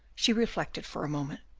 she reflected for a moment.